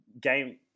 game